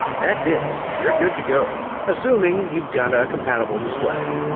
that's it! you're good to go assuming you've got a compatible display.